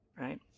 Right